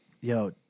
Yo